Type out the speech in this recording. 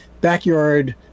backyard